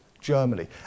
Germany